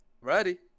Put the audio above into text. Ready